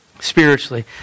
Spiritually